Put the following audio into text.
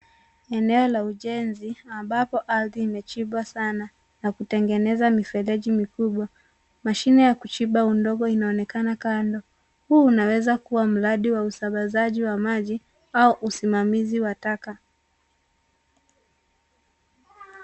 Eneo la ujenzi ambapo ardhi imechimbwa sana na kutengeneza mifereji mikubwa. Mashine ya kuchimba udongo unaonekana kando. Huu unaweza kuwa mradi wa usambazaji wa maji au usimamizi wa taka.